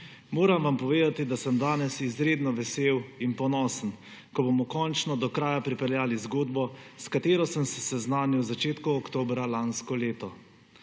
Moram vam povedati, sem danes izredno vesel in ponosen, ko bomo končno do kraja pripeljali zgodbo, s katero sem se seznanil v začetku oktobra lansko leto.